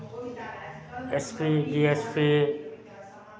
S P D S P